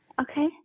Okay